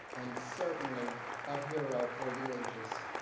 and certainly a hero for the ages.